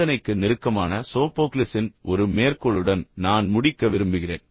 சிந்தனைக்கு நெருக்கமான சோஃபோக்லிஸின் ஒரு மேற்கோளுடன் நான் முடிக்க விரும்புகிறேன்